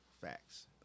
Facts